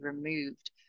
removed